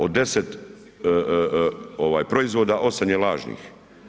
Od 10 proizvoda, 8 je lažnih.